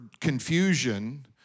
confusion